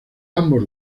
ambos